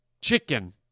Chicken